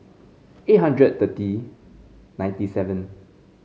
eight hundred thirty ninety seven